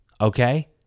Okay